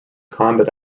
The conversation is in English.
combat